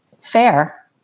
fair